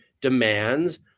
demands